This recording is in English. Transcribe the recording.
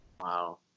Wow